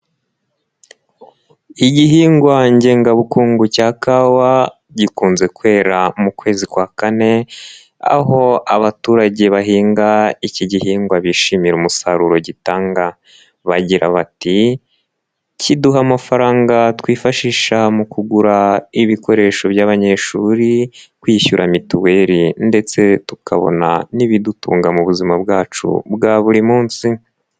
Igihingwa ngengabukungu cya kawa gikunze kwera mu kwezi kwa kane aho abaturage bahinga iki gihingwa bishimira umusaruro gitanga bagira bati kiduha amafaranga twifashisha mu kugura ibikoresho by'abanyeshuri kwishyura mituweli ndetse tukabona n'ibidutunga mu buzima bwacu bwa buri munsi.